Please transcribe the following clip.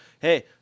hey